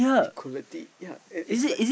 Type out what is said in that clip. equality yea it's like